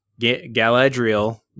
Galadriel